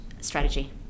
strategy